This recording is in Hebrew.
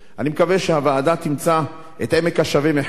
אני מקווה שהוועדה תמצא את עמק השווה מחד,